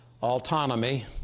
autonomy